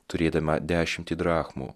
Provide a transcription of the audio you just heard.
turėdama dešimtį drachmų